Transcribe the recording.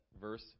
verse